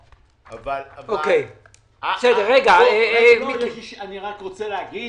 אבל אני אומר שוב: כל תאריך לפני סוף